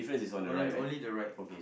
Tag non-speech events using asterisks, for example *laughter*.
*noise* only only the right